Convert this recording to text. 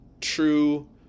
true